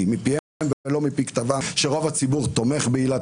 מפיהם ולא מפי כתבם שרוב הציבור תומך בעילת